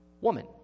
Woman